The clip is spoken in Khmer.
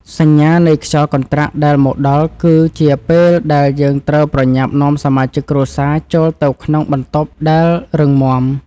សញ្ញានៃខ្យល់កន្ត្រាក់ដែលមកដល់ គឺជាពេលដែលយើងត្រូវប្រញាប់នាំសមាជិកគ្រួសារចូលទៅក្នុងបន្ទប់ដែលរឹងមាំ។